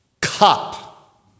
cup